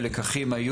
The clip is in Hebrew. הלקחים,